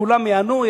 כולם ייהנו,